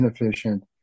inefficient